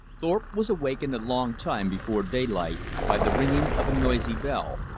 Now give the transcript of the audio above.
thorpe was awakened a long time before daylight by the ringing of a noisy bell.